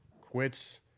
quits